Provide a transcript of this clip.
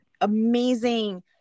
amazing